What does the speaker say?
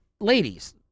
Ladies